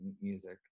music